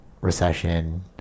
recession